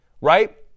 right